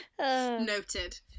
Noted